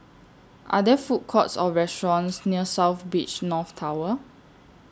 Are There Food Courts Or restaurants near South Beach North Tower